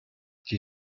die